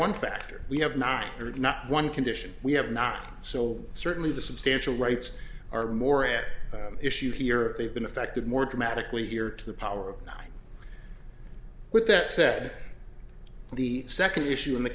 one factor we have nine hundred not one condition we have not so certainly the substantial rights are more at issue here or they've been affected more dramatically here to the power with that said the second issue in the